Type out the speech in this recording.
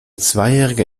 zweijährige